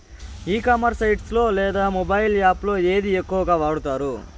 ఈ commerce site లో లేదా మొబైల్ యాప్ లో ఏది ఎక్కువగా వాడుతారు?